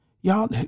y'all